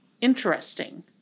interesting